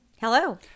Hello